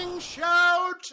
shout